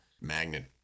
magnet